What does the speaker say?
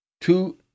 Two